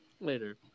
Later